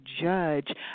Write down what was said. judge